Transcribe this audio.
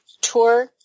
tour